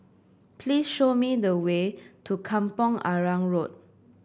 please show me the way to Kampong Arang Road